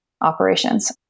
operations